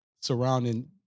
surrounding